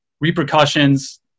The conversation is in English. repercussions